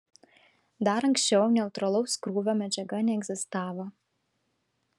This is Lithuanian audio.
dar anksčiau neutralaus krūvio medžiaga neegzistavo